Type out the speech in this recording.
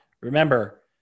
remember